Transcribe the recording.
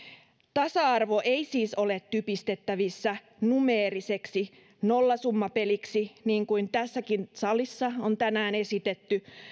tasa arvo ei siis ole typistettävissä numeeriseksi nollasummapeliksi niin kuin tässäkin salissa on tänään esitetty